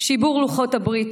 שיבור לוחות הברית,